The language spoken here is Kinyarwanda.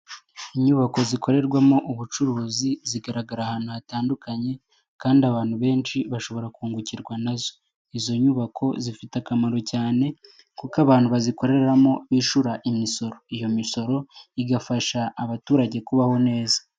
Inyubako zikorerwamo ubucuruzi zigaragara ahantu hatandukanye kandi abantu benshi bashobora kungukirwa nazo, izo nyubako zifite akamaro cyane kuko abantu bazikoreramo bishyura imisoro, iyo misoro igafasha abaturage kubaho neza.